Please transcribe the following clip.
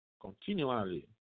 continually